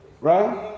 Right